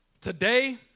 Today